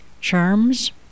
charms